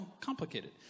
complicated